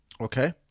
Okay